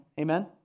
Amen